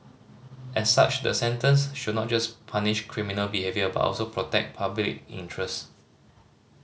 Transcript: as such the sentence should not just punish criminal behaviour but also protect public interest